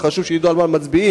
חשוב שידעו על מה מצביעים,